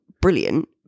brilliant